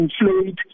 inflate